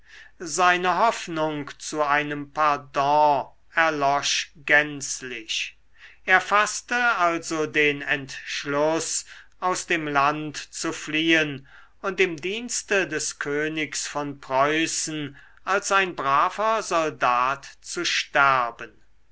seine hoffnung zu einem pardon erlosch gänzlich er faßte also den entschluß aus dem land zu fliehen und im dienste des königs von preußen als ein braver soldat zu sterben